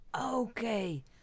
okay